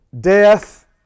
Death